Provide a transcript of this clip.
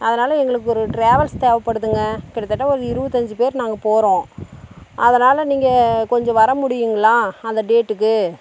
அதனால எங்களுக்கு ஒரு ட்ராவல்ஸ் தேவைப்படுதுங்க கிட்டத்தட்ட ஒரு இருபத்தஞ்சி பேர் நாங்கள் போகறோம் அதனால் நீங்கள் கொஞ்சம் வர முடியுங்களா அந்த டேட்டுக்கு